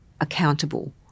accountable